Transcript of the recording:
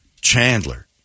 Chandler